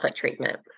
treatment